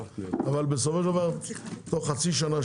אבל תוך חצי שנה,